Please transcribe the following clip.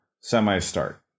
semi-start